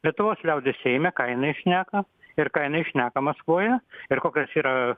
lietuvos liaudis sėmė ką jinai šneka ir ką jinai šneka maskvoje ir kokios yra